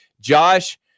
Josh